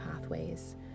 pathways